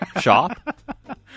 shop